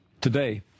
Today